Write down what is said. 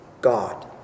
God